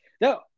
No